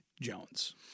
Jones